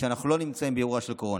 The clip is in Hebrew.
כשאנחנו לא נמצאים באירוע של קורונה.